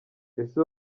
ese